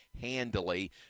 handily